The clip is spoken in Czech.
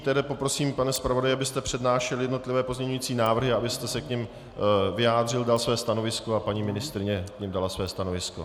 Nyní tedy poprosím, pane zpravodaji, abyste přednášel jednotlivé pozměňující návrhy a abyste se k nim vyjádřil, dal své stanovisko, a aby paní ministryně k nim dala své stanovisko.